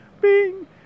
Bing